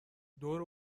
دور